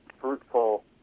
fruitful